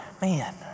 man